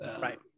right